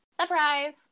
Surprise